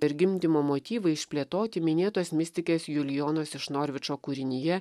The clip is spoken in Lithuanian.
ir gimdymo motyvui išplėtoti minėtos mistikės julijonos iš norvičo kūrinyje